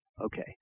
Okay